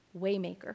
Waymaker